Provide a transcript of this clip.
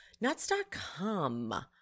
Nuts.com